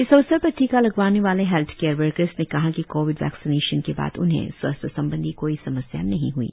इस अवसर पर टीका लगवाने वाले हेल्थ केयर वर्कर्स ने कहा कि कोविड वैक्सीनेशन के बाद उन्हें स्वस्थ्य संबंधी कोई समस्या नहीं हई